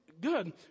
good